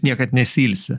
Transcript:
niekad nesiilsi